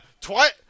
twice